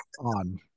on